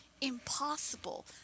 impossible